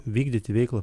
vykdyti veiklą